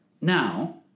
Now